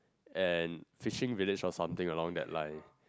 and fishing village or something along that line